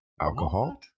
alcohol